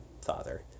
father